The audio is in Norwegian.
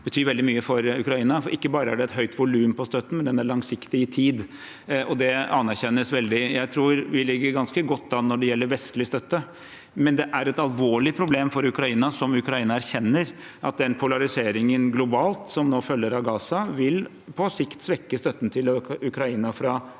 betyr veldig mye for Ukraina. Ikke bare er det et høyt volum på støtten, men den er langsiktig i tid, og det anerkjennes veldig. Jeg tror vi ligger ganske godt an når det gjelder vestlig støtte, men det er et alvorlig problem for Ukraina – som Ukraina erkjenner – at den polariseringen globalt som nå følger av Gaza-krigen, på sikt vil svekke støtten til Ukraina fra